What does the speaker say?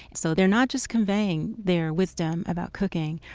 and so they're not just conveying their wisdom about cooking,